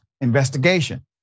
investigation